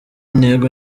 intego